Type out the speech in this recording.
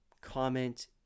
comment